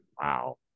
Wow